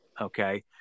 Okay